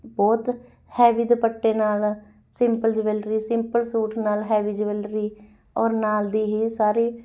ਬਹੁਤ ਹੈਵੀ ਦੁਪੱਟੇ ਨਾਲ ਸਿੰਪਲ ਜਵੈਲਰੀ ਸਿੰਪਲ ਸੂਟ ਨਾਲ ਹੈਵੀ ਜਵੈਲਰੀ ਔਰ ਨਾਲ ਦੀ ਹੀ ਸਾਰੇ